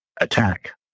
attack